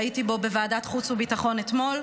שהייתי בו בוועדת חוץ וביטחון אתמול,